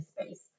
space